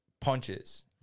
punches